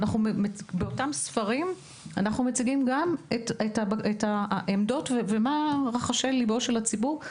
ובאותם ספרים אנחנו מציגים גם את העמדות ואת רחשי ליבו של הציבור.